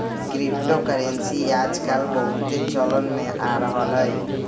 crypto currency याजकाल बहुते चलन में आ रहल हइ